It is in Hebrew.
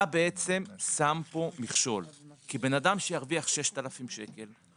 אתה בעצם שם פה מכשול כי בן אדם שירוויח 6,000 שקלים,